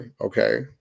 okay